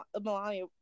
Melania